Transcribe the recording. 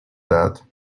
that